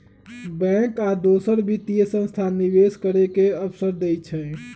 bank आ दोसर वित्तीय संस्थान निवेश करे के अवसर देई छई